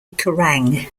kerrang